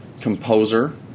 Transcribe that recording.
composer